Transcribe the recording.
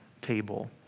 table